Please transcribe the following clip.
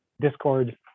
discord